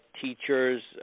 teachers